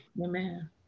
Amen